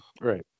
Right